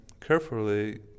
carefully